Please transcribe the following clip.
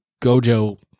Gojo